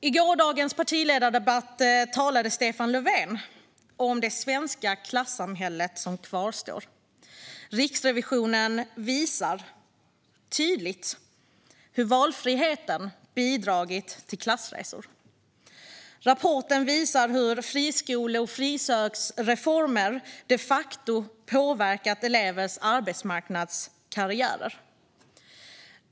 I gårdagens partiledardebatt talade Stefan Löfven om det svenska klassamhälle som kvarstår. Riksrevisionen visar tydligt hur valfriheten har bidragit till klassresor. Rapporten visar hur friskole och frisöksreformer de facto påverkat elevers arbetsmarknadskarriärer.